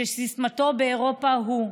שסיסמתו באירופה היא: